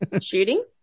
Shooting